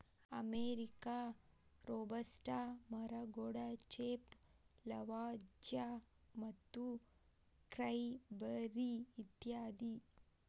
arabica, robusta, ಮರಗೋಡಜೇಪ್, Lavazza ಮತ್ತು ಸ್ಕೈಬರಿ ಇತ್ಯಾದಿ